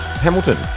Hamilton